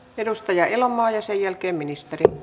edustaja elomaa ja sen jälkeen ministeri